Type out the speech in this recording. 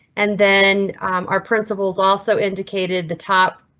and then our principles also indicated the top.